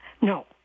No